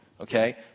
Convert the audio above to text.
Okay